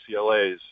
UCLAs